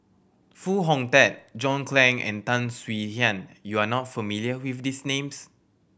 Foo Hong Tatt John Clang and Tan Swie Hian you are not familiar with these names